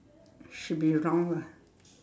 should be round lah